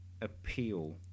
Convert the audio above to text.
appeal